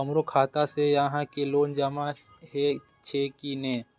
हमरो खाता से यहां के लोन जमा हे छे की ने?